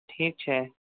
ઠીક છે